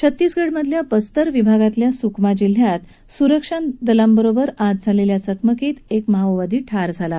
छत्तीसगढमधल्या बस्तर विभागातल्या सुकमा जिल्ह्यात सुरक्षादलांसोबत आज झालेल्या चकमकीत एक माओवादी ठार झाला आहे